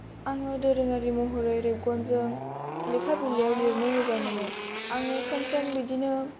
आङो दोरोङारि महरै रेबगनजों लेखा बिलाइयाव लिरनो मोजां मोनो आङो सम सम बिदिनो